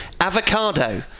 avocado